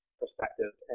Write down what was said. perspective